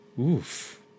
Oof